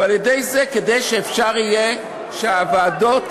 כדי שאפשר יהיה שהוועדות,